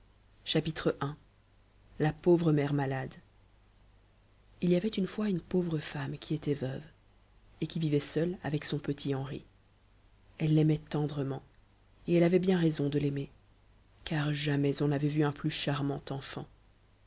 i la pauvre mère malade il y avait une fois une pauvre femme qui était veuve et qui vivait seule avec son petit henri elle l'aimait tendrement et elle avait bien raison de l'aimer car jamais on n'avait vu un plus charmant enfant